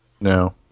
No